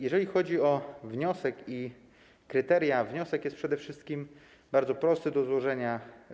Jeżeli chodzi o wniosek i kryteria, to wniosek jest przede wszystkim bardzo prosty do złożenia.